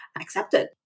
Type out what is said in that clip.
accepted